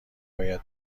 باید